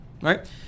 right